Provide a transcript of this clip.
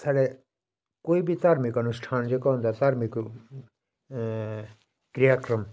साढ़े कोई बी धार्मिक अनुष्ठान जेह्का होंदा धार्मिक क्रिया क्रम